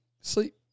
sleep